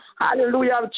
hallelujah